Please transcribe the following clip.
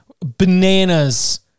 bananas